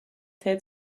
ted